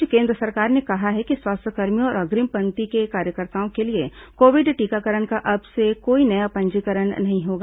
इस बीच केंद्र सरकार ने कहा है कि स्वास्थ्यकर्मियों और अग्रिम पंक्ति के कार्यकर्ताओं के लिए कोविड टीकाकरण का अब से कोई नया पंजीकरण नहीं होगा